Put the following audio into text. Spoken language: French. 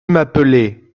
m’appeler